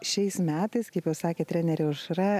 šiais metais kaip jau sakė trenerė aušra